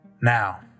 Now